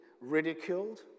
ridiculed